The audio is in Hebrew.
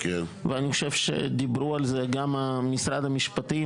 ואני חושב שדיברו על זה גם משרד המשפטים